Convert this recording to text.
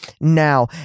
now